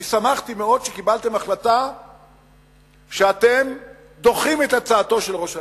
שמחתי מאוד שקיבלתם החלטה שאתם דוחים את הצעתו של ראש הממשלה,